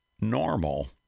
normal